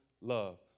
love